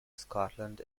scotland